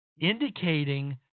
indicating